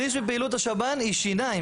שליש מפעילות השב"ן היא שיניים.